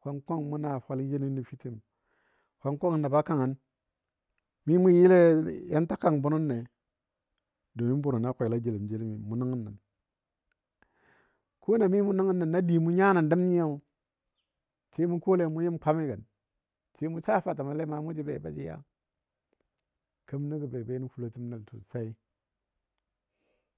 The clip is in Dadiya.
kwang kwang mʊ na muna fwali. jənɔ nəfitəm, kwang kwaang nəba kangən. Mi mʊ yɨle yan ta kang burunne, domin burunɔ a kwel a jeləm jeləmi mʊ nəngə nən. Kona mi mʊ nəngən nən na di mʊ nya nən dəm nyɨyo sai mʊ kole mʊ yɨm kwamigən. Sai mʊ saa fatəmole ma mʊ ja be ba jə ya. Kemənɔ gə be be nən fulotəm nəl sosai.